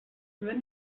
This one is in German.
wenn